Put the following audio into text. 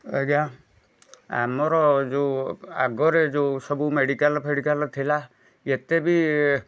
ଆଜ୍ଞା ଆମର ଯେଉଁ ଆଗରେ ଯେଉଁ ସବୁ ମେଡ଼ିକାଲ୍ଫେଡ଼ିକାଲ୍ ଥିଲା ଏତେ ବି